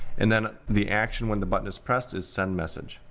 and then the action when the button is pressed is, send message.